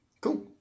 Cool